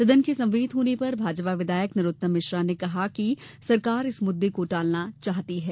सदन के समवेत होने पर भाजपा विधायक नरोत्तम मिश्रा ने कहा कि सरकार इस मुद्दे को टालना चाहती है